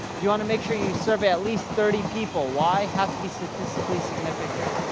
you wanna make sure you survey at least thirty people. why, has to be statistically significant.